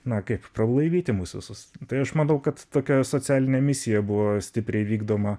na kaip prablaivyti mus visus tai aš manau kad tokia socialinė misija buvo stipriai vykdoma